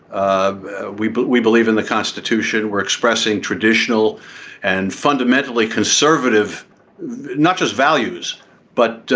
ah we but we believe in the constitution were expressing traditional and fundamentally conservative not just values but